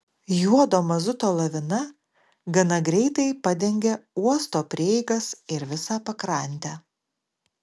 juodo mazuto lavina gana greitai padengė uosto prieigas ir visą pakrantę